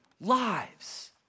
lives